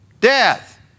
death